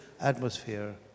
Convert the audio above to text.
atmosphere